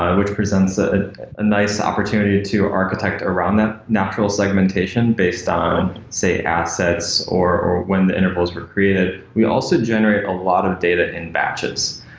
ah which presents ah a nice opportunity to architect around that natural segmentation based on, say, assets or when the intervals were created. we also generate a lot of data in batches.